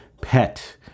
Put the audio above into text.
pet